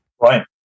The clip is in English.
Right